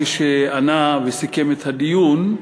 כשענה וסיכם את הדיון,